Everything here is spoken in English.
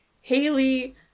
Haley